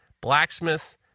blacksmith